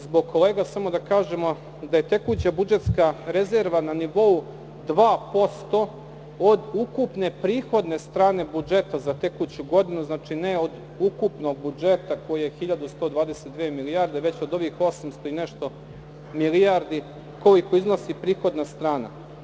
Zbog kolega da kažem da je tekuća budžetska rezerva na nivou 2% od ukupne prihodne strane budžeta za tekuću godinu, znači ne od ukupnog budžeta koji je hiljadu i 122 milijarde, već od ovih 800 i nešto milijardi, koliko iznosi prihodna strana.